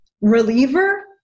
reliever